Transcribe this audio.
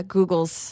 Googles